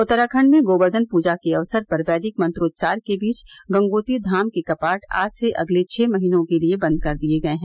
उत्तराखंड में गोवर्धन पूजा के अवसर पर वैदिक मंत्रोच्चार के बीच गंगोत्री धाम के कपाट आज से अगले छह महीनों के लिए बंद कर दिए गए हैं